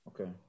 Okay